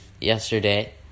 yesterday